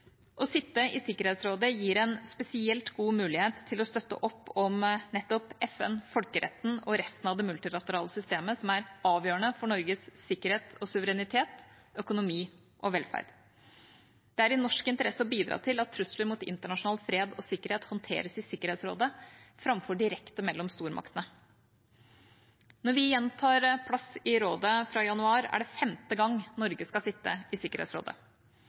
Å sitte i Sikkerhetsrådet gir en spesielt god mulighet til å støtte opp om nettopp FN, folkeretten og resten av det multilaterale systemet som er avgjørende for Norges sikkerhet og suverenitet, økonomi og velferd. Det er i norsk interesse å bidra til at trusler mot internasjonal fred og sikkerhet håndteres i Sikkerhetsrådet, framfor direkte mellom stormaktene. Når vi igjen tar plass i rådet fra januar, er det femte gang Norge skal sitte i Sikkerhetsrådet.